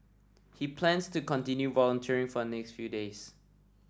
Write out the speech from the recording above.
he plans to continue volunteering for the next few days